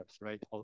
right